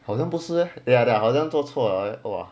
好像不是 ya they're 好像做错了